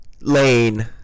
lane